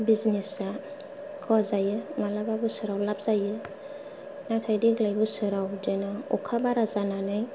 बिजनेसा खहा जायो मालाबा लाब जायो नाथाय देग्लाय बोसोराव बिदिनो अखा बारा जानानै